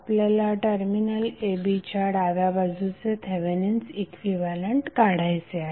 आपल्याला terminal a b च्या डाव्या बाजूचे थेवेनिन्स इक्विव्हॅलंट काढायचे आहे